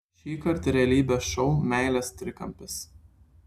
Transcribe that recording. šįkart realybės šou meilės trikampis